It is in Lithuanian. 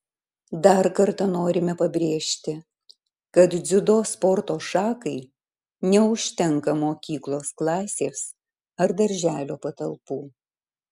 dar kartą norime pabrėžti kad dziudo sporto šakai neužtenka mokyklos klasės ar darželio patalpų